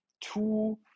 two